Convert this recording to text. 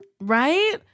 Right